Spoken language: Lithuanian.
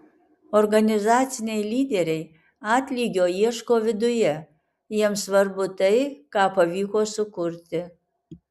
organizaciniai lyderiai atlygio ieško viduje jiems svarbu tai ką pavyko sukurti